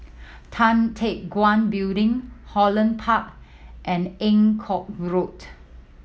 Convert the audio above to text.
Tan Teck Guan Building Holland Park and Eng Kong Road